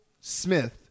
Smith